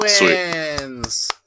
wins